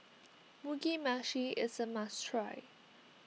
Mugi Meshi is a must try